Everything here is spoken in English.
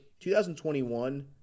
2021